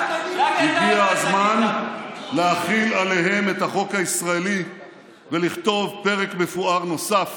הגיע הזמן להחיל עליהם את החוק הישראלי ולכתוב פרק מפואר נוסף